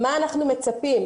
מה אנחנו מצפים?